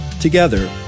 Together